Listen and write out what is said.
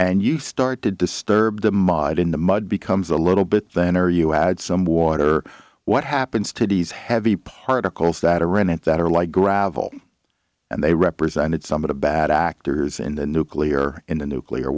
and you start to disturb the mud in the mud becomes a little bit thinner you add some water what happens to these heavy particles that are in it that are like gravel and they represented some of the bad actors in the nuclear in the nuclear